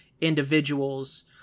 individuals